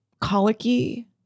colicky